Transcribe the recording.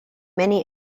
many